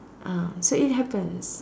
ah so it happens